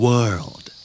World